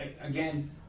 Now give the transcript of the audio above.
again